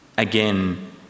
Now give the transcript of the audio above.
Again